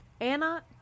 Anna